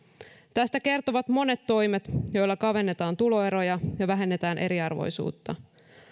tästä kertovat monet toimet joilla kavennetaan tuloeroja ja vähennetään eriarvoisuutta